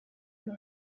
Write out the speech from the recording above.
los